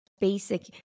basic